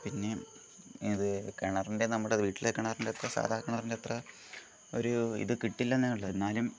പിന്നേയും ഇത് കിണറിൻ്റെ നമ്മുടെ വീട്ടിലെ കിണറിൻ്റെ അത്ര സാധാ കിണറിൻ്റെ അത്ര ഒരു ഇത് കിട്ടില്ല എന്നേയുള്ളു എന്നാലും